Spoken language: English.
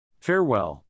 Farewell